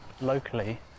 locally